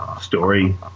story